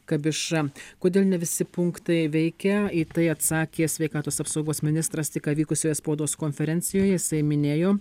kabiša kodėl ne visi punktai veikia į tai atsakė sveikatos apsaugos ministras tik ką vykusioje spaudos konferencijoj jisai minėjo